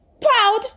Proud